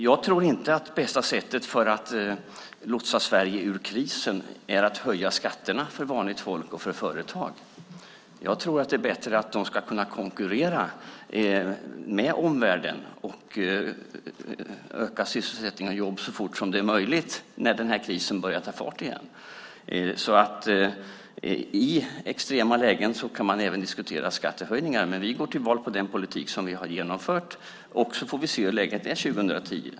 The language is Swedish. Jag tror inte att bästa sättet att lotsa Sverige ur krisen är att höja skatterna för vanligt folk och för företag, utan jag tror att det är bättre att kunna konkurrera med omvärlden och att öka sysselsättningen och jobben så fort det är möjligt sedan när det efter den här krisen tar fart igen. I extrema lägen kan man alltså även diskutera skattehöjningar. Men vi går till val på den politik som vi har genomfört. Sedan får vi se hur läget är 2010.